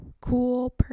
cool